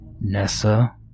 Nessa